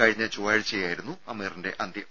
കഴിഞ്ഞ ചൊവ്വാഴ്ചയായിരുന്നു അമീറിന്റെ അന്ത്യം